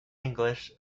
english